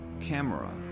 Camera